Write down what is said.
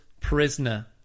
prisoner